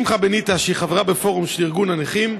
ולשמחה בניטה, שהיא חברה בפורום ארגון הנכים.